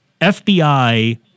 FBI